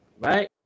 right